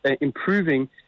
improving